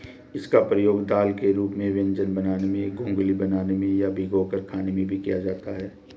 इसका प्रयोग दाल के रूप में व्यंजन बनाने में, घुघनी बनाने में या भिगोकर खाने में भी किया जाता है